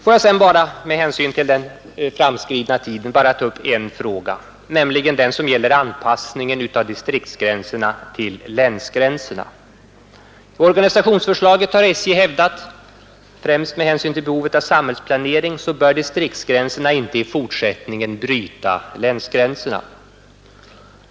Får jag sedan, med hänsyn till den långt framskridna tiden, inskränka mig till att bara ta upp ytterligare en fråga, nämligen den som gäller anpassningen av distriktsgränserna till länsgränserna. I organisationsförslaget har SJ hävdat, att främst med hänsyn till behovet av samhällsplanering bör distriktsgränserna icke i fortsättningen bryta länsgränserna.